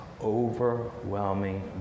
overwhelming